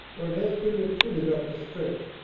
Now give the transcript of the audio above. for it has been recruited up to strength.